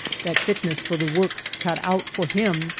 that fitness for the work cut out for him,